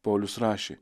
paulius rašė